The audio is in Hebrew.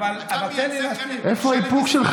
איפה האיפוק,